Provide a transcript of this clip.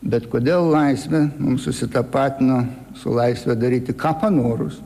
bet kodėl laisvė mums susitapatino su laisve daryti ką panorus